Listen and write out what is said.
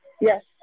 Yes